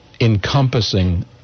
encompassing